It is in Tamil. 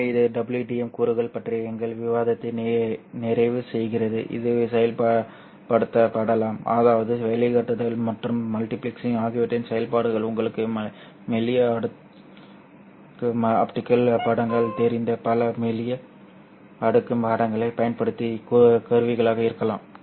எனவே இது WDM கூறுகள் பற்றிய எங்கள் விவாதத்தை நிறைவு செய்கிறது இது செயல்படுத்தப்படலாம் அதாவது வடிகட்டுதல் மற்றும் மல்டிபிளக்சிங் ஆகியவற்றின் செயல்பாடுகள் உங்களுக்கு மெல்லிய அடுக்கு ஆப்டிகல் படங்கள் தெரிந்த பல மெல்லிய அடுக்கு படங்களைப் பயன்படுத்தி கருவிகளாக இருக்கலாம்